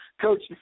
Coach